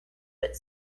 but